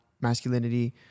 masculinity